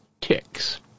ticks